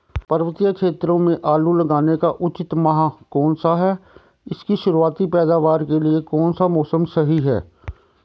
पर्वतीय क्षेत्रों में आलू लगाने का उचित माह कौन सा है इसकी शुरुआती पैदावार के लिए कौन सा मौसम सही है?